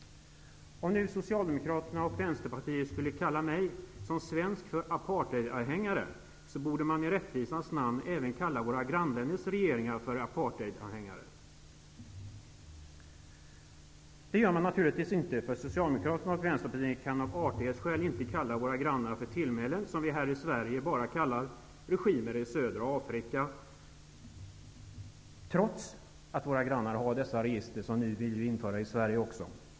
Om nu socialdemokraterna och vänsterpartisterna skulle kalla mig som svensk för apartheidanhängare, borde man i rättvisans namn även kalla våra grannländers regeringar för apartheidanhängare. Det gör man naturligtvis inte. Socialdemokrater och vänsterpartister kan av artighetsskäl inte ge våra grannar tillmälen som vi här i Sverige bara ger regimer i södra Afrika. Detta trots att våra grannar har de register som vi vill införa också i Sverige.